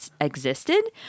existed